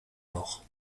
mort